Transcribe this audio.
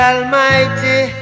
Almighty